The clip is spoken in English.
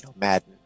Madden